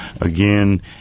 again